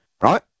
Right